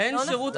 לא, לא נכון.